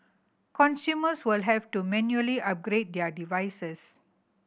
consumers will have to manually upgrade their devices